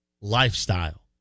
lifestyle